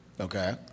Okay